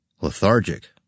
Lethargic